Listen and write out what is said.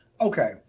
okay